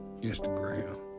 Instagram